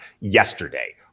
yesterday